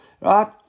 right